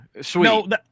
Sweet